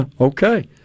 Okay